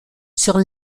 sur